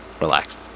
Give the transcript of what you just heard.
Relax